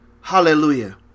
Hallelujah